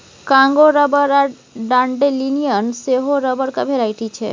Congo rubber आ dandelion सेहो रबरक भेराइटी छै